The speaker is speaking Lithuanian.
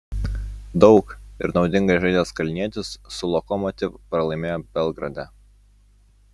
daug ir naudingai žaidęs kalnietis su lokomotiv pralaimėjo belgrade